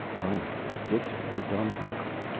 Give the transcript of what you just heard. reinhart and dixon were dumbfounded.